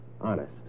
Honest